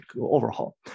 overhaul